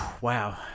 Wow